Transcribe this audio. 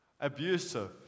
abusive